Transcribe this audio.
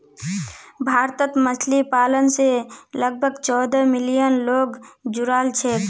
भारतत मछली पालन स लगभग चौदह मिलियन लोग जुड़ाल छेक